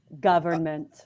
Government